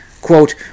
quote